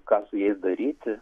ką su jais daryti